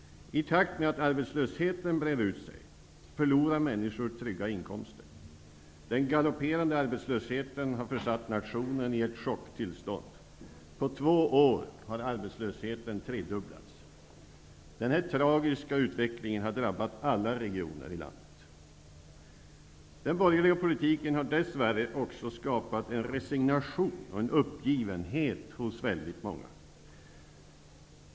I takt med att arbetslösheten breder ut sig förlorar människor trygga inkomster. Den galopperande arbetslösheten har försatt nationen i ett chocktillstånd. På två år har arbetslösheten tredubblats. Denna tragiska utveckling har drabbat alla regioner i landet. Den borgerliga politiken har dess värre också skapat en resignation och uppgivenhet hos väldigt många.